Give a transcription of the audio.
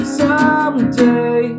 someday